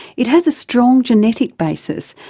it has a strong genetic basis,